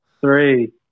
three